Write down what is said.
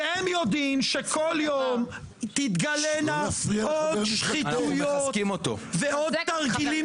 כי הם יושבים שכל יום תתגלינה עוד שחיתויות ועוד תרגילים